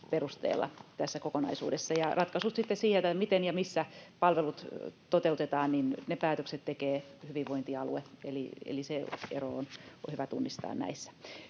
perusteella tässä kokonaisuudessa. Ratkaisut ja päätökset sitten siitä, miten ja missä palvelut toteutetaan, tekee hyvinvointialue. Se ero on hyvä tunnistaa näissä.